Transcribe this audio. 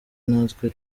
natwe